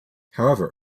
however